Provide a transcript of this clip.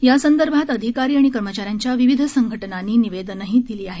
यासंदर्भात अधिकारी आणि कर्मचाऱ्यांच्या विविध संघटनांनी निवेदनंही दिली आहेत